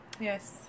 Yes